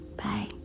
Bye